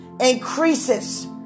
increases